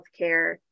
healthcare